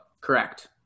correct